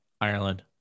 Ireland